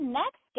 next